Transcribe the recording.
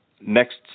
next